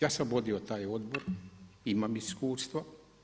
Ja sam vodio taj odbor, imam iskustvo.